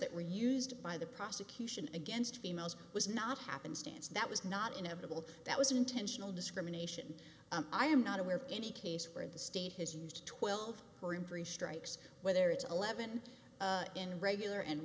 that were used by the prosecution against females was not happenstance that was not inevitable that was intentional discrimination i am not aware of any case where the state has used twelve or in three strikes whether it's eleven in regular and